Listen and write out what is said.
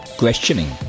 questioning।